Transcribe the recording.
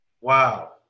Wow